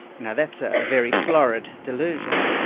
now that's a very florid delusion.